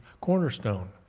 cornerstone